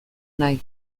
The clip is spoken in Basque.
nahi